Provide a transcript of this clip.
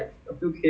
mm